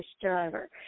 driver